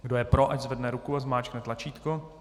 Kdo je pro, ať zvedne ruku a zmáčkne tlačítko.